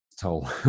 toll